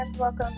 welcome